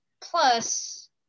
plus